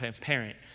parent